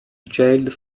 jailed